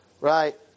Right